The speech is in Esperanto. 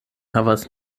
havas